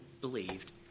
believed